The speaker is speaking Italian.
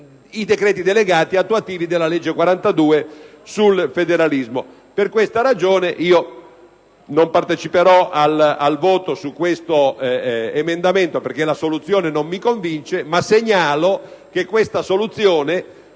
i decreti delegati attuativi della legge n. 42 del 2009 sul federalismo. Per questa ragione non parteciperò al voto su questo emendamento, perché la soluzione non mi convince, ma segnalo che essa, ove non